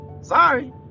sorry